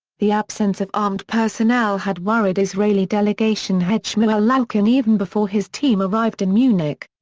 the absence of armed personnel had worried israeli delegation head shmuel lalkin even before his team arrived in munich.